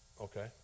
okay